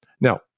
now